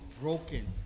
broken